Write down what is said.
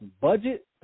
budget